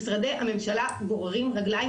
משרדי הממשלה גוררים רגלים,